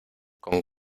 con